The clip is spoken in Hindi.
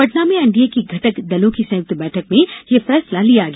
पटना में एनडीए की घटक दलों की संयुक्त बैठक में यह फैसला लिया गया